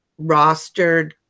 rostered